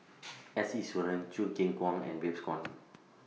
S Iswaran Choo Keng Kwang and Babes Conde